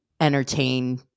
entertain